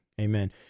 amen